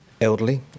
elderly